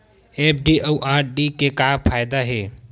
FD अउ RD के का फायदा हे?